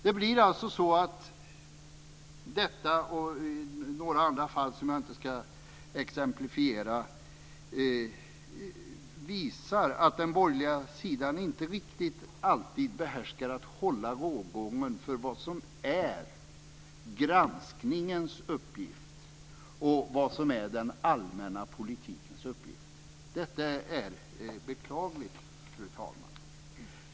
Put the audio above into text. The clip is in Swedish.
Detta fall, och några andra som jag inte ska exemplifiera, visar att den borgerliga sidan inte riktigt alltid behärskar att hålla rågången för vad som är granskningens uppgift och vad som är den allmänna politikens uppgift. Detta är beklagligt, fru talman.